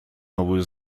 новую